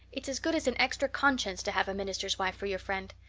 it's as good as an extra conscience to have a minister's wife for your friend.